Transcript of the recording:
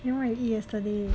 then what you eat yesterday